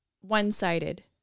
one-sided